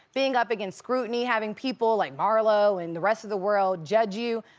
being up against scrutiny. having people like marlo and the rest of the world judge you,